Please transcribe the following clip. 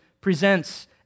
presents